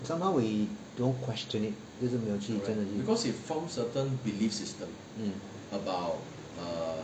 somehow we don't question it 就是没有去真的 mm